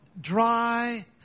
dry